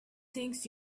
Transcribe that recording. things